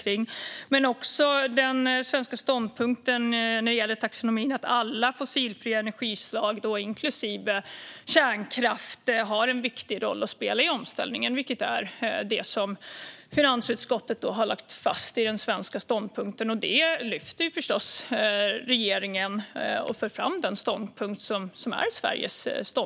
Men det gäller också den svenska ståndpunkten i fråga om taxonomin, att alla fossilfria energislag, inklusive kärnkraft, har en viktig roll i omställningen. Det är detta som finansutskottet har lagt fast i den svenska ståndpunkten. Och regeringen för förstås fram den ståndpunkt som är Sveriges.